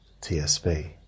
TSB